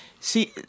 see